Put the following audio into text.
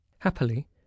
Happily